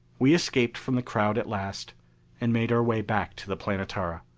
we escaped from the crowd at last and made our way back to the planetara,